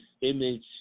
image